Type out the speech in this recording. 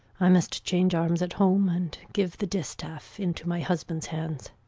i must change arms at home and give the distaff into my husband's hands.